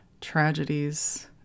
tragedies